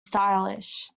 stylish